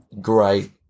great